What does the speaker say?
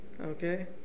Okay